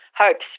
hopes